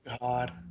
God